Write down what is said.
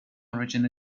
origin